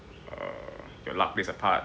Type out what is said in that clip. err your luck plays a part